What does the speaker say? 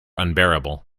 unbearable